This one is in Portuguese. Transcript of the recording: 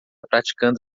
praticando